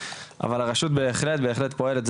אבל הרשות בהחלט בהחלט פועלת,